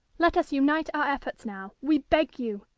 let us unite our efforts now, we beg you,